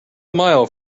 mile